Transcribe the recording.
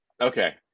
Okay